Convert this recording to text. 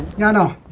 mano